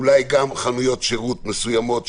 אולי גם חנויות שירות מסוימות,